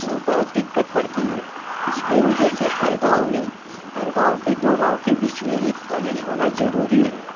तो बहुत दिक़्क़त पड़ती है इसकी वजह से हर गाँव में हर गाँव के दो गाँव के बीच में एक कॉलेज होना ज़रूरी है